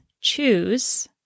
choose